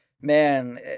man